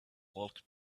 walked